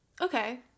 Okay